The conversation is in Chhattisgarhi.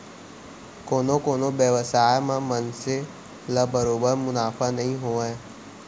कोनो कोनो बेवसाय म मनसे ल बरोबर मुनाफा नइ होवय